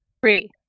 Three